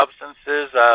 substances